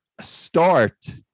Start